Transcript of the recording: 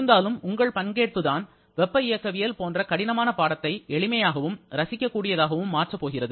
இருந்தாலும் உங்கள் பங்கேற்புதான் வெப்ப இயக்கவியல் போன்ற கடினமான பாடத்தை எளிமையாகவும் ரசிக்கக் கூடியதாகவும் மாற்றப் போகிறது